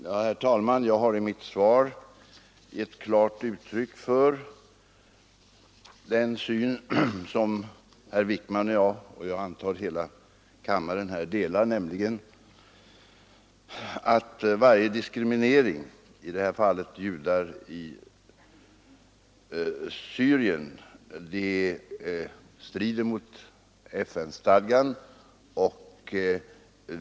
Herr talman! Jag har i mitt svar givit klart uttryck för den syn som herr Wijkman och jag och, antar jag, hela kammaren har, nämligen att varje diskriminering — i det här fallet av judar i Syrien — strider mot FN-stadgan.